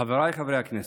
חבריי חברי הכנסת,